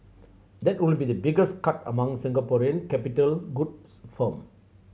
that would be the biggest cut among Singaporean capital goods firm